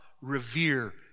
revere